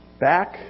Back